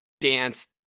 dance